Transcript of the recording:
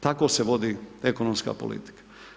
Tako se vodi ekonomska politika.